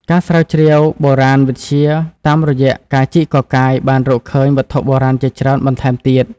ការស្រាវជ្រាវបុរាណវិទ្យាតាមរយៈការជីកកកាយ បានរកឃើញវត្ថុបុរាណជាច្រើនបន្ថែមទៀត។